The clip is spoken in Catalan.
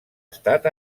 estat